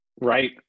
right